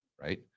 right